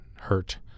hurt